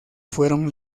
fueron